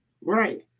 Right